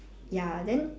ya then